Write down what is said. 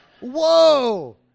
Whoa